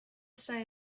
say